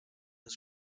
was